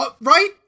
Right